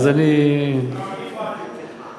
אז אני, לא, אני הפרעתי לו.